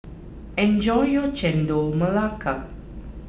enjoy your Chendol Melaka